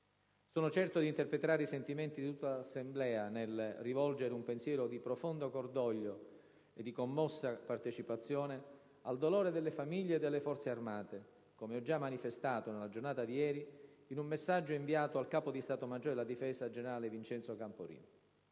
Sono certo di interpretare i sentimenti di tutta l'Assemblea nel rivolgere un pensiero di profondo cordoglio e di commossa partecipazione al dolore delle famiglie e delle Forze armate, come ho già manifestato nella giornata di ieri in un messaggio inviato al capo di Stato maggiore della Difesa, generale Vincenzo Camporini.